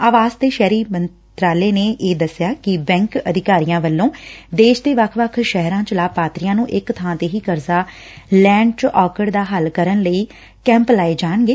ਆਵਾਸ ਤੇ ਸ਼ਹਿਰੀ ਵਿਕਾਸ ਮੰਤਰਾਲੇ ਨੇ ਇਹ ਦਸਿਆ ਕਿ ਬੈਂਕ ਅਧਿਕਾਰੀਆਂ ਵੱਲੋਂ ਦੇਸ਼ ਦੇ ਵੱਖ ਵੱਖ ਸ਼ਹਿਰਾਂ ਚ ਲਾਭਪਾਤਰੀਆਂ ਨੂੰ ਇਕ ਥਾਂ ਤੇ ਹੀ ਕਰਜ਼ਾ ਲੈਣ ਚ ਔਕੜ ਦਾ ਹੱਲ ਕਰਨ ਲਈ ਕੈਂਪ ਲਾਏ ਜਾਣਗੇ